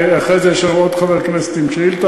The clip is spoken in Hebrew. ואחרי זה יש לנו עוד חבר כנסת עם שאילתה.